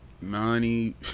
money